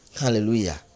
Hallelujah